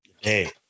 Hey